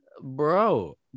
bro